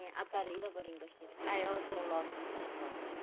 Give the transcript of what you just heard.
and but but i also lost my father.